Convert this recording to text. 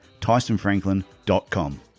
tysonfranklin.com